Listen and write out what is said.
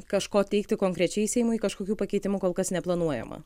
kažko teikti konkrečiai seimui kažkokių pakeitimų kol kas neplanuojama